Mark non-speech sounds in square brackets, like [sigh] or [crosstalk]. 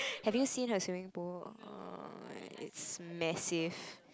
have you see her swimming pool [noise] it's massive